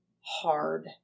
hard